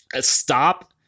stop